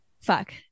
Fuck